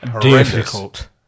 difficult